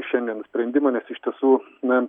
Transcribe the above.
šiandienos sprendimą nes iš tiesų na